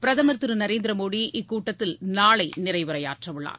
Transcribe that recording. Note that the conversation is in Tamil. பிரதமர் திரு நரேந்திர மோடி இக்கூட்டத்தில் நாளை நிறைவுஉரையாற்ற உள்ளார்